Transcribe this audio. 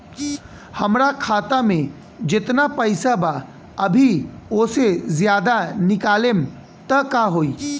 हमरा खाता मे जेतना पईसा बा अभीओसे ज्यादा निकालेम त का होई?